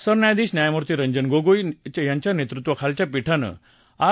सरन्यायाधीश न्यायमूर्ती रंजन गोगोई नेतृत्वाखालच्या पीठानं आर